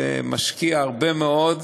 שמשקיע הרבה מאוד,